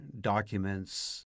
documents